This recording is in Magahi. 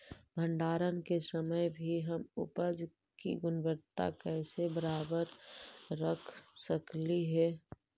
भंडारण के समय भी हम उपज की गुणवत्ता कैसे बरकरार रख सकली हे?